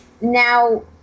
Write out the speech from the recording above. Now